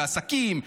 בעסקים,